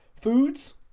Foods